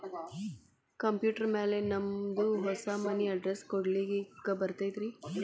Computer ಮ್ಯಾಲೆ ನಮ್ದು ಹೊಸಾ ಮನಿ ಅಡ್ರೆಸ್ ಕುಡ್ಸ್ಲಿಕ್ಕೆ ಬರತೈತ್ರಿ?